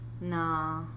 nah